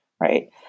right